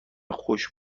خوش